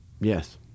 Yes